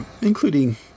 including